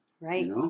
Right